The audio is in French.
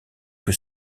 que